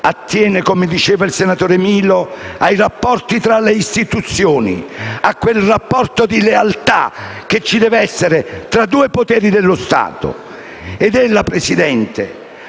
attiene - come ha detto il senatore Milo - ai rapporti tra le istituzioni, a quel rapporto di lealtà che ci deve essere fra due poteri dello Stato. Ella, signor Presidente,